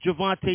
Javante